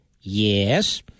Yes